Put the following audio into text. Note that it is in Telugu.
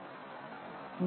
అది ఎందుకు ముఖ్యమైనది